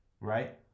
Right